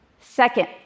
Second